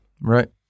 Right